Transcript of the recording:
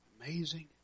amazing